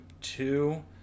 Two